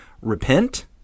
repent